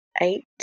eight